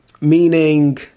meaning